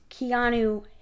Keanu